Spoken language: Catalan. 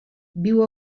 viu